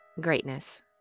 Greatness